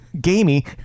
gamey